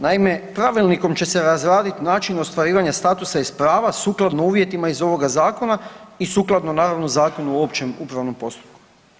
Naime, pravilnikom će se razradit način ostvarivanja statusa iz prava sukladno uvjetima iz ovoga zakona i sukladno naravno Zakonu o općem upravnom postupku.